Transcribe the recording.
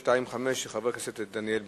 שאילתא מס' 625, של חבר הכנסת דניאל בן-סימון,